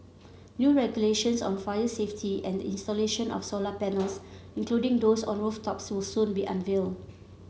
new regulations on fire safety and the installation of solar panels including those on rooftops will soon be unveiled